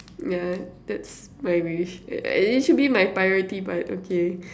yeah that's my wish uh it should be my priority but okay